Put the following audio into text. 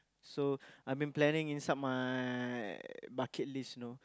so I been planning inside my bucket list know